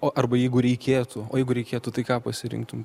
o arba jeigu reikėtų o jeigu reikėtų tai ką pasirinktum